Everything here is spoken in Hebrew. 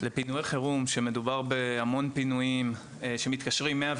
כשמדובר בהמון פינויים ומתקשרים 101